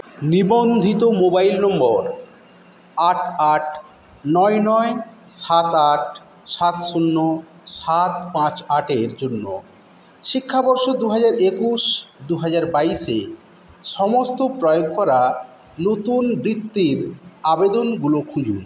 নিবন্ধিত mobile number আট আট নয় নয় সাত আট সাত শূন্য সাত পাঁচ আটের জন্য শিক্ষাবর্ষ দু হাজার একুশ বাইশের সমস্ত প্রয়োগ করা নতুন বৃত্তির আবেদনগুলো খুঁজুন